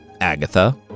Agatha